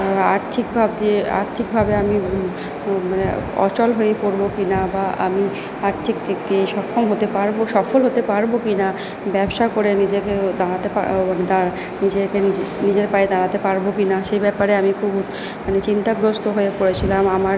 আর্থিকভাবজে আর্থিকভাবে আমি মানে অচল হয়ে পড়ব কি না বা আমি আর্থিক দিক দিয়ে সক্ষম হতে পারব সফল হতে পারব কি না ব্যবসা করে নিজেকে দাঁড়াতে পারব নিজেকে নিজের নিজের পায়ে দাঁড়াতে পারব কি না সে ব্যাপারে আমি খুব মানে চিন্তাগ্রস্থ হয়ে পড়েছিলাম আমার